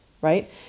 right